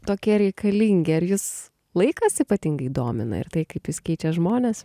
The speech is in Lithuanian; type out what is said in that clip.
tokie reikalingi ar jus laikas ypatingai domina ir tai kaip jis keičia žmones